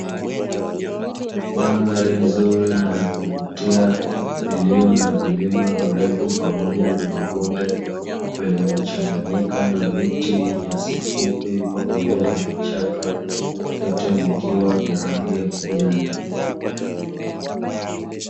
Mandhari nzuri na ya kuvutia iliyo na vilima virefu pamoja na mabonde vilivyochanganyika na miti, nyasi fupi pamoja na vichaka vyote vikiwa vya rangi ya kijani.